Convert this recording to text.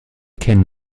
kennen